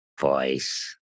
voice